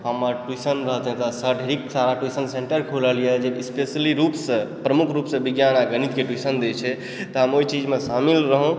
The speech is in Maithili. हमर ट्युशन रहतै तऽट्युशन सेन्टर खुलल यऽ जे स्पेशली रुपसँ प्रमुख रुपसँ विज्ञान आ गणितके ट्युशन दै छै तऽ हम ओहि चीजमे शामिल रहौ